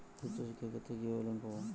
উচ্চশিক্ষার ক্ষেত্রে কিভাবে লোন পাব?